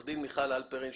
עו"ד מיכל הלפרין,